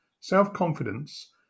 Self-confidence